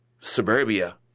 suburbia